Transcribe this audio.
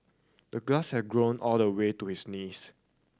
the grass had grown all the way to his knees